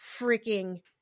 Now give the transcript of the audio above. freaking